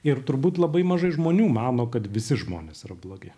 ir turbūt labai mažai žmonių mano kad visi žmonės yra blogi